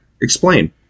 Explain